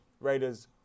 Raiders